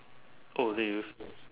oh did you